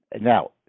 Now